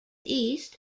east